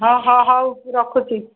ହଁ ହଁ ହଉ ମୁଁ ରଖୁଛି